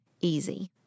easy